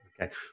Okay